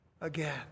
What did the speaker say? again